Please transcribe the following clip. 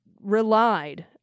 relied